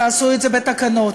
תעשו את זה בתקנות.